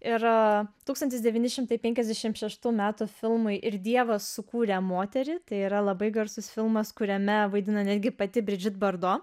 ir tūkstantis devyni šimtai penkiasdešimt šeštų metų filmui ir dievas sukūrė moterį tai yra labai garsus filmas kuriame vaidina netgi pati bridžit bardo